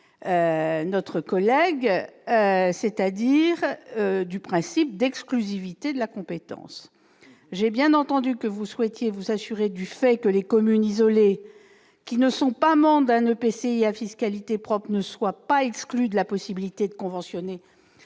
irait à l'encontre du principe d'exclusivité de la compétence. J'ai bien entendu que vous souhaitiez vous assurer du fait que les communes isolées qui ne sont pas membres d'un EPCI à fiscalité propre ne soient pas exclues de la possibilité de conventionner